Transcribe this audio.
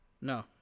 No